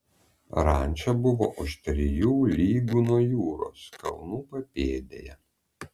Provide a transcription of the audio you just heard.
ranča buvo už trijų lygų nuo jūros kalnų papėdėje